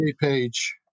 page